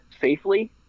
safely